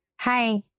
hi